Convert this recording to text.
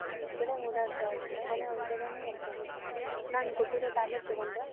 ನೀವು ಹೊರಗಡೆ ಓಡಾಡಬಾರ್ದು ಮನೆ ಒಳಗಡೆನೇ ಇರಬೇಕು ನಾನು ಕೊಟ್ಟಿರೋ ಟ್ಯಾಬ್ಲೆಟ್ ತೊಗೊಂಡ್ರಾ